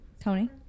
Tony